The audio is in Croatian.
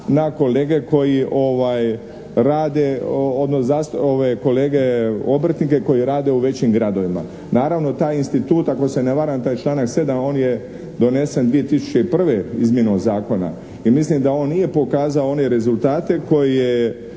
obrtnike koji rade u većim gradovima. Naravno, taj institut ako se ne varam, taj članak 7. on je donesen 2001. izmjenom zakona i mislim da on nije pokazao one rezultate koje